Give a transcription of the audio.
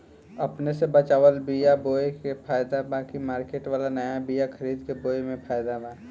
अपने से बचवाल बीया बोये मे फायदा बा की मार्केट वाला नया बीया खरीद के बोये मे फायदा बा?